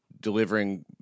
delivering